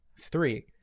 Three